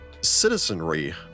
citizenry